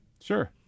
Sure